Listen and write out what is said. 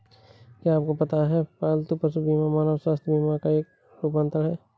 क्या आपको पता है पालतू पशु बीमा मानव स्वास्थ्य बीमा का एक रूपांतर है?